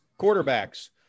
quarterbacks